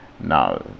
Now